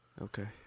Okay